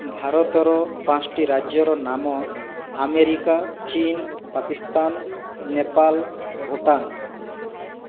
ଭାରତର ପାଞ୍ଚଟି ରାଜ୍ୟର ନାମ ଆମେରିକା ଚୀନ ପାକିସ୍ତାନ ନେପାଳ ଭୁଟାନ